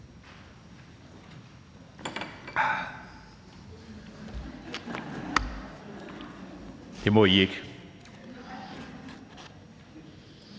Det går jo ikke.